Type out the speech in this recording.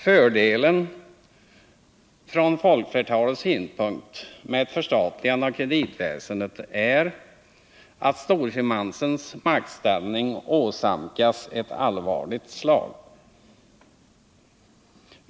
Fördelen, från folkflertalets synpunkt, med ett förstatligande av kreditväsendet är att storfinansens maktställning åsamkas ett allvarligt slag.